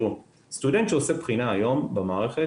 סטודנט שעושה בחינה היום במערכת,